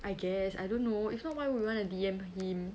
I guess I don't know if not why would you want to D_M him